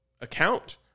account